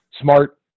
smart